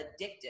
addictive